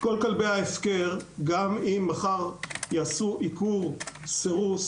כל כלבי ההפקר, גם אם מחר יעשו עיקור, סירוס